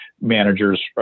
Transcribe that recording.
managers